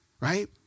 right